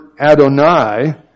Adonai